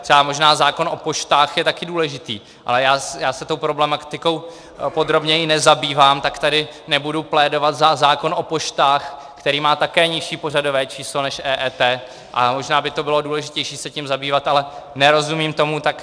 Třeba možná zákon o poštách je také důležitý, ale já se tou problematikou podrobněji nezabývám, tak tady nebudu plédovat za zákon o poštách, který má také nižší pořadové číslo než EET, a možná by to bylo důležitější se tím zabývat, ale nerozumím tomu tak.